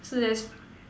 so there's